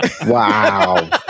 Wow